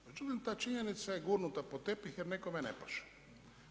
Međutim, ta činjenica je gurnuta pod tepih jer nekome ne paše.